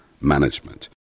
management